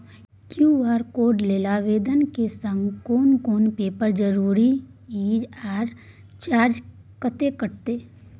QR code लेल आवेदन के संग कोन कोन पेपर के जरूरत इ आ चार्ज कत्ते कटते?